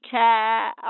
care